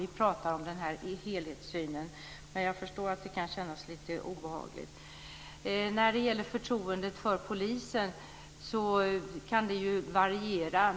Vi pratar om den här helhetssynen, men jag förstår att det kan kännas lite obehagligt. När det gäller förtroendet för polisen kan det ju variera.